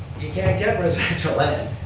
you can't get residential land